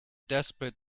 desperate